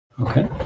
Okay